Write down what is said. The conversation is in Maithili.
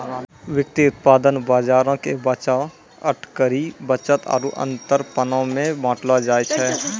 व्युत्पादन बजारो के बचाव, अटकरी, बचत आरु अंतरपनो मे बांटलो जाय छै